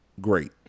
great